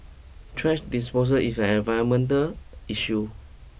trash disposal is an environmental issue